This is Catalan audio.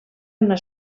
una